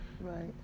Right